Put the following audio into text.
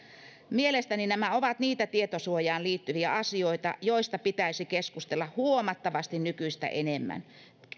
mielestäni nämä ovat niitä tietosuojaan liittyviä asioita joista pitäisi keskustella huomattavasti nykyistä enemmän